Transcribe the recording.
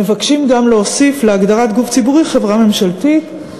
מבקשים גם להוסיף להגדרת "גוף ציבורי" "חברה ממשלתית",